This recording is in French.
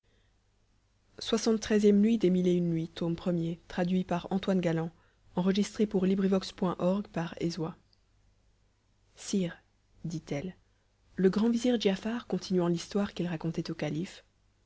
sire dit-elle le grand vizir giafar continuant l'histoire qu'il racontait au calife